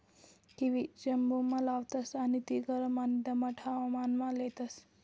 kiwi जम्मुमा लावतास आणि ती गरम आणि दमाट हवामानमा लेतस